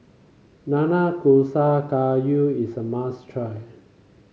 Nanakusa Gayu is a must try